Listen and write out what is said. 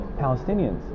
Palestinians